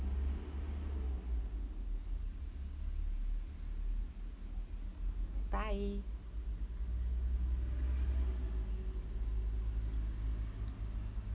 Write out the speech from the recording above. bye